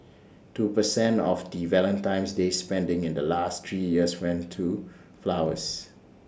two percent of the Valentine's day spending in the last three years went to flowers